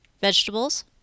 vegetables